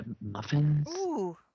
muffins